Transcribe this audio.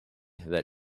that